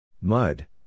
Mud